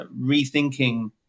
rethinking